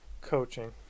coaching